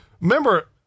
remember